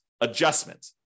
adjustment